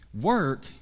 work